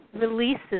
releases